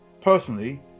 personally